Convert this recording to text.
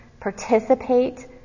Participate